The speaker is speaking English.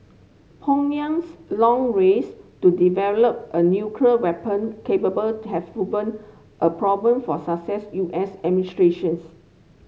Pyongyang's long race to develop a nuclear weapon capable has proved a problem for successive U S